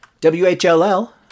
WHLL